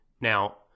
Now